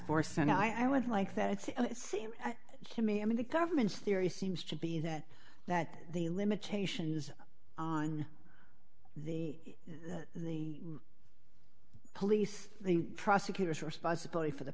force and i would like that it's seems to me i mean the government's theory seems to be that that the limitations on the the police the prosecutors responsibility for the